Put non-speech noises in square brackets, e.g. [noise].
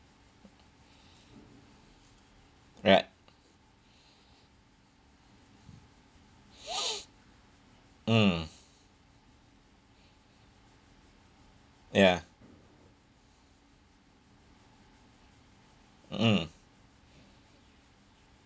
right [breath] mm ya mm